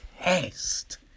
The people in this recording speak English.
test